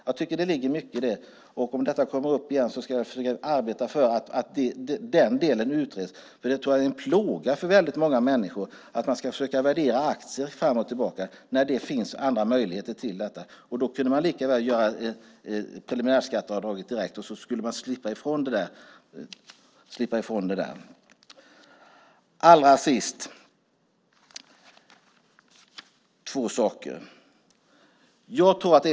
Jag tycker att det ligger mycket i det, och om det kommer upp igen ska jag försöka arbeta för att den delen utreds. Jag tror att det är en plåga för väldigt många människor att man ska försöka värdera aktier fram och tillbaka när det finns andra möjligheter till detta. Man kunde lika gärna göra preliminärskatteavdraget direkt så skulle man slippa ifrån det där. Allra sist vill jag säga två saker.